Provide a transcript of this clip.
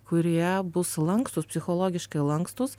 kurie bus lankstūs psichologiškai lankstūs